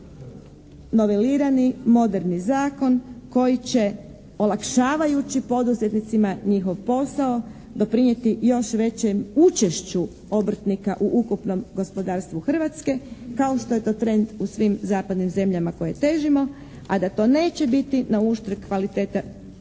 prihvatiti novelirani moderni zakon koji će olakšavajući poduzetnicima njihov posao doprinijeti još većem učešću obrtnika u ukupnom gospodarstvu Hrvatske kao što je to trend u svim zapadnim zemljama koje težimo, a da to neće biti na uštb kvalitete